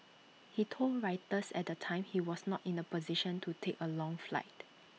he told Reuters at the time he was not in A position to take A long flight